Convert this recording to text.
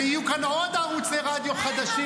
ויהיו כאן עוד ערוצי רדיו חדשים,